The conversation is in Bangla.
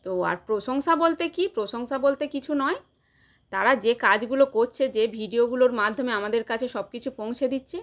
তো আর প্রশংসা বলতে কী প্রশংসা বলতে কিছু নয় তারা যে কাজগুলো করছে যে ভিডিওগুলোর মাধ্যমে আমাদের কাছে সব কিছু পৌঁছে দিচ্ছে